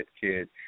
kid